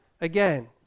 again